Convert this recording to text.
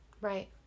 Right